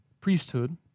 priesthood